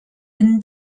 been